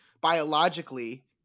biologically